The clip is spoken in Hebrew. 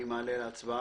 אני מעלה להצבעה.